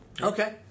Okay